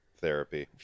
Therapy